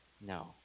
No